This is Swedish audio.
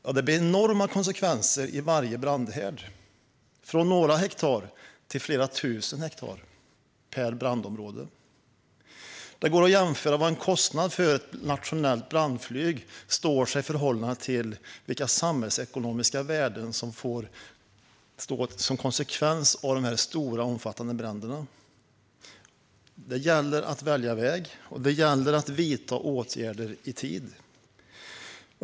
Ja, det blir enorma konsekvenser i varje brandhärd, från några hektar till flera tusen hektar per brandområde. Det går att jämföra kostnaden för ett nationellt brandflyg med konsekvensen av de omfattande bränderna vad gäller samhällsekonomiska värden. Det gäller att välja väg, och det gäller att vidta åtgärder i tid.